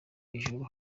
ijuru